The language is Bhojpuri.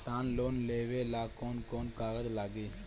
किसान लोन लेबे ला कौन कौन कागज लागि?